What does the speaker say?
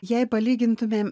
jei palygintumėm